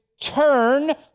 turn